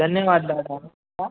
धन्यवादु दादा